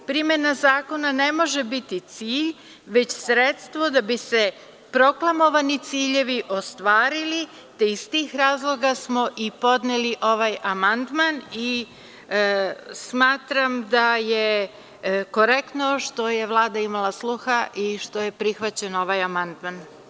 Primena zakona ne može biti cilj već sredstvo da bi se proklamovani ciljevi ostvarili, te iz tih razloga smo i podneli ovaj amandman i smatram da je korektno što je Vlada imala sluha i što je prihvaćen ovaj amandman.